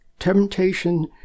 temptation